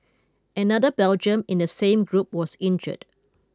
another Belgian in the same group was injured